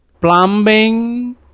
Plumbing